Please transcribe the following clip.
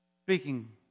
Speaking